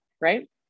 right